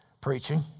Preaching